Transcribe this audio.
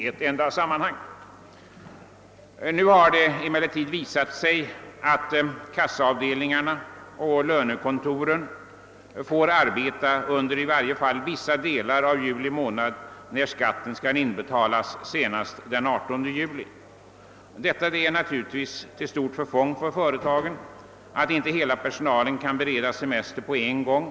Om källskatten skall inbetalas senast den 18 juli måste kassaavdelningarna och lönekontoren arbeta i varje fall under vissa delar av juli, och det är givetvis till stort förfång för företagen att inte hela personalen kan ta ut sin semester på en gång.